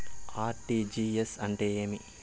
RTGS అంటే ఏమి